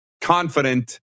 confident